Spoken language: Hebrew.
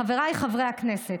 חבריי חברי הכנסת,